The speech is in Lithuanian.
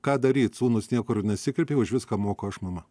ką daryt sūnus niekur nesikreipė už viską moku aš mama